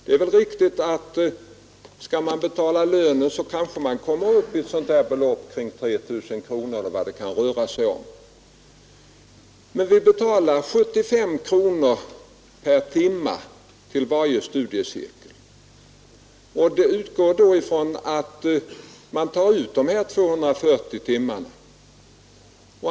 Det är kanske riktigt att skall man betala lönen så kommer man upp i ett belopp kring 3 000 kronor eller vad det kan röra sig om, men vi betalar 75 kronor per timme till varje studiecirkel och utgår då ifrån att man tar ut de här 240 timmarna.